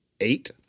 eight